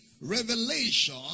revelation